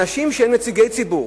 אנשים שהם נציגי ציבור,